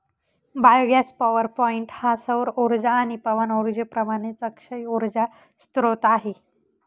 biogas power point हा सौर उर्जा आणि पवन उर्जेप्रमाणेच अक्षय उर्जा स्त्रोत आहे